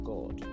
God